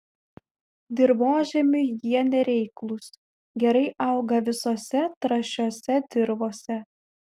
dirvožemiui jie nereiklūs gerai auga visose trąšiose dirvose